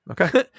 Okay